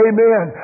Amen